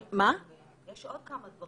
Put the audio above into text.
יש עוד כמה דברים.